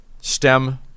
STEM